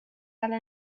على